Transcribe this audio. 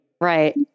Right